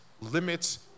limits